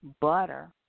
butter